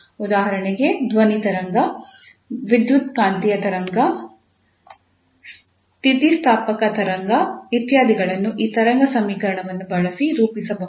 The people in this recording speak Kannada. ಉದಾಹರಣೆಗೆ ಧ್ವನಿ ತರಂಗ ವಿದ್ಯುತ್ಕಾಂತೀಯ ತರಂಗ ಸ್ಥಿತಿಸ್ಥಾಪಕ ತರಂಗ ಇತ್ಯಾದಿಗಳನ್ನು ಈ ತರಂಗ ಸಮೀಕರಣವನ್ನು ಬಳಸಿ ರೂಪಿಸಬಹುದು